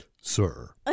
Sir